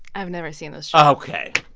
i've never seen this show ok.